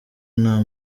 nta